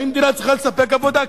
האם המדינה צריכה לספק עבודה?